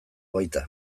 baita